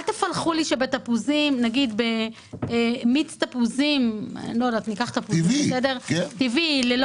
אל תפלחו לי שבמיץ תפוזים טבעי ללא